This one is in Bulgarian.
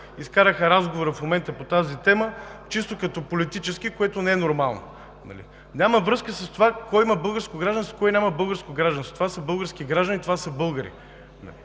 изкараха разговора в момента по тази тема чисто като политически, което не е нормално, нали? Няма връзка с това кой има българско гражданство и кой няма българско гражданство. Това са български граждани! Това са българи!